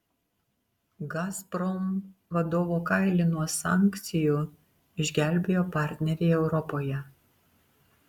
gazprom vadovo kailį nuo sankcijų išgelbėjo partneriai europoje